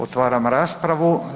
Otvaram raspravu.